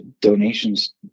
donations